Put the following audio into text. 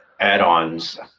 add-ons